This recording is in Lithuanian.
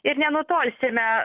ir nenutolsime